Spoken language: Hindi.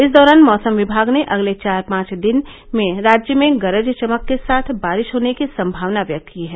इस दौरान मौसम विभाग ने अगले चार पांच दिन राज्य में गरज चमक के साथ बारिश होने की संमावना व्यक्त की है